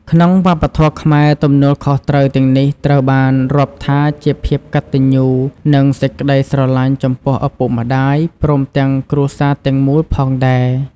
ក្នុងវប្បធម៌ខ្មែរ ទំនួលខុសត្រូវទាំងនេះ ត្រូវបានរាប់ថាជាភាពកត្តញ្ញូ និងសេចក្ដីស្រឡាញ់ចំពោះឪពុកម្ដាយ ព្រមទាំងគ្រួសារទាំងមូលផងដែរ។